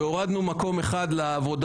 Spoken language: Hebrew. וגם פה היה אפשר להגיד: